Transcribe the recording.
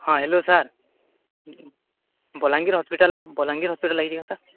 ହଁ hello sir Balangir hospital Balangir hospital ଲାଗିଛି ତ